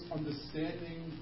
understanding